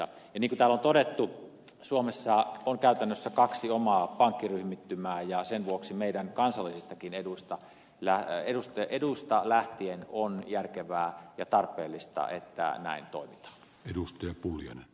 niin kuin täällä on todettu suomessa on käytännössä kaksi omaa pankkiryhmittymää ja sen vuoksi meidän kansallisistakin eduistamme lähtien on järkevää ja tarpeellista että näin toimitaan